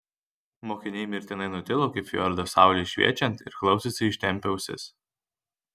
mokiniai mirtinai nutilo kaip fjordas saulei šviečiant ir klausėsi ištempę ausis